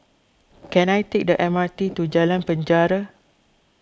can I take the M R T to Jalan Penjara